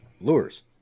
lures